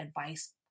advice